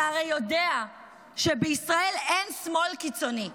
אתה הרי יודע שבישראל אין שמאל קיצוני,